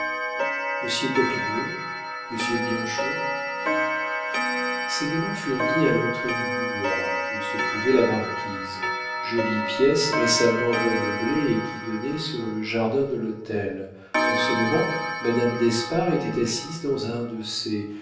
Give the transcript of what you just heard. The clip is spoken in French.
monsieur bianchon ces deux noms furent dits à l'entrée du boudoir où se trouvait la marquise jolie pièce récemment remeublée et qui donnait sur le jardin de l'hôtel en ce moment madame d'espard était assise dans un de ces